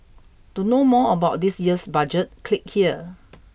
to know more about this year's Budget click here